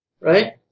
Right